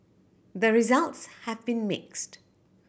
the results have been mixed